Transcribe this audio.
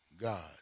God